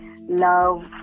love